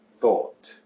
thought